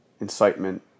incitement